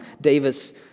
Davis